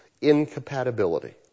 Incompatibility